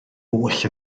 oll